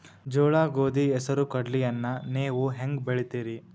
ಜೋಳ, ಗೋಧಿ, ಹೆಸರು, ಕಡ್ಲಿಯನ್ನ ನೇವು ಹೆಂಗ್ ಬೆಳಿತಿರಿ?